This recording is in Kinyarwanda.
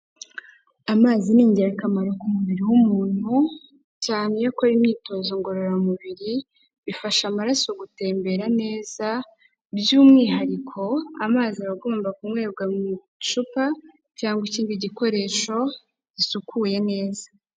Amazi ni ingirakamaro ku mubiri w'umuntu cyane iyo akora imyitozo ngororamubiri, bifasha amaraso gutembera neza by'umwihariko amazi aba agomba kunywebwa mu icupa cyangwa ikindi gikoresho gisukuye neza.